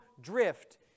drift